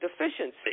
deficiency